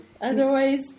otherwise